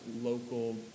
local